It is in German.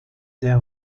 der